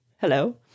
hello